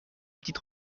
petite